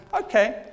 okay